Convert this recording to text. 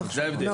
נכון.